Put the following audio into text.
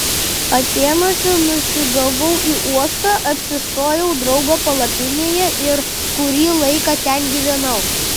atėnuose nusigavau į uostą apsistojau draugo palapinėje ir kurį laiką ten gyvenau